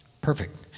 Perfect